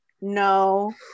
no